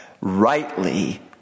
rightly